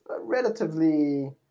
relatively